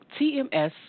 TMS